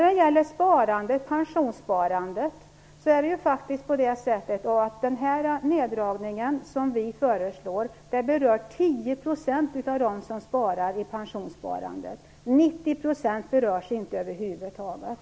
Den neddragning av pensionsavdraget som vi föreslår berör 10 % av dem som sparar i pensionssparande. 90 % berörs inte över huvud taget.